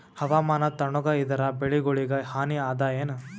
ಹವಾಮಾನ ತಣುಗ ಇದರ ಬೆಳೆಗೊಳಿಗ ಹಾನಿ ಅದಾಯೇನ?